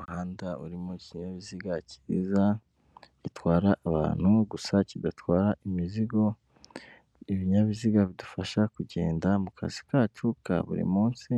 Umuhanda urimo ikinyabiziga cyiza gitwara abantu gusa kidatwara imizigo. Ibinyabiziga bidufasha kugenda mu kazi kacu ka buri munsi